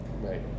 Right